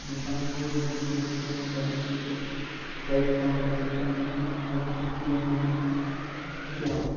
تہٕ بیٚیہِ پَنٕنۍ گورمِنٹَن سِٹیٹ گورمِنٹَن آسہِ ییٚتہِ کَرِ پابَنٛد تہٕ تَمہِ کہِ سۭتۍ ہسا گوٚو پوٚتُس کووِڈ ناِینٹیٖن رُکیٛوو